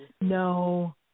No